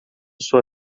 sua